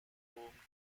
home